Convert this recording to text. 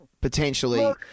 potentially